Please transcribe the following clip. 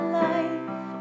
life